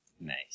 Nice